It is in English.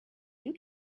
you